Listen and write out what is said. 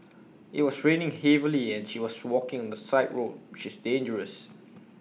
IT was raining heavily and she was walking the side road which is dangerous